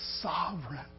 sovereign